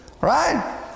Right